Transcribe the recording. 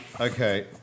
Okay